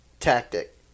tactic